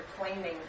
claiming